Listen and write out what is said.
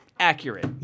Accurate